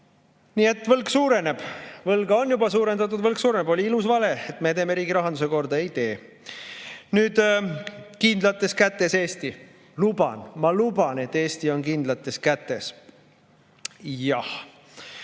Nii et võlg suureneb. Võlga on juba suurendatud, võlg suureneb. Oli ilus vale, et me teeme riigi rahanduse korda. Ei tee! "Kindlates kätes Eesti. Luban, ma luban, et Eesti on kindlates kätes." Jah.